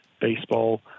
baseball